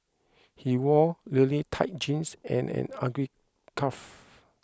he wore really tight jeans and an ugly scarf